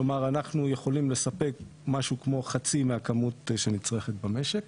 כלומר אנחנו יכולים לספק משהו כמו חצי מהכמות שנצרכת במשק,